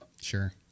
sure